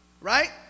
Right